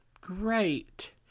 great